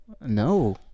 No